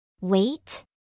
Wait